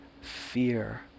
fear